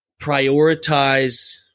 prioritize